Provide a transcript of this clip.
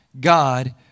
God